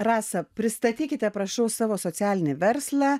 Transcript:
rasa pristatykite prašau savo socialinį verslą